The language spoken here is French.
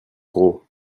gros